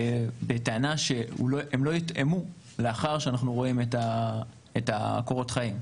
על מנת לוודא שהם לא יותאמו לאחר שאנחנו רואים את קורות החיים.